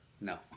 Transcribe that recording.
No